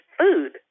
food